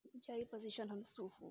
jelly position 很舒服